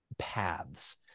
paths